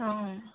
অঁ